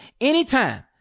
anytime